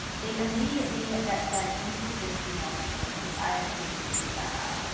they immediately get sent into this email sequence which i had previously set up.